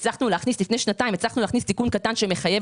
לפני שנתיים הצלחנו להכניס תיקון קטן שמחייב